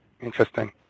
Interesting